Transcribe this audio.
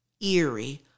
eerie